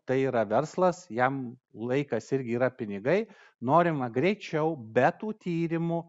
tai yra verslas jam laikas irgi yra pinigai norima greičiau bet tų tyrimų